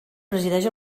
presideix